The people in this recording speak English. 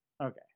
Okay